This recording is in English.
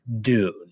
Dune